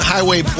Highway